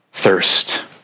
thirst